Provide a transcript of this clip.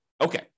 Okay